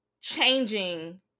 changing